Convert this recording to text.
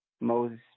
Moses